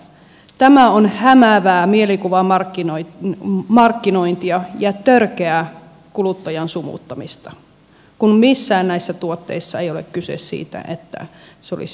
tämä on hämäävää mielikuvamarkkinointia ja törkeää kuluttajan sumuttamista kun missään näistä tuotteista ei ole kyse siitä että se olisi suomalainen